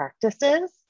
practices